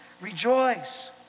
Rejoice